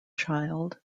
child